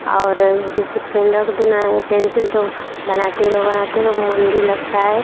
और जैसे पेन रख दो ना पेंसिल तो बनाते रहो बनाते रहो मन भी लगता है